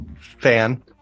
fan